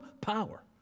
power